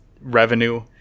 revenue